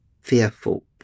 fearful